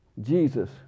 Jesus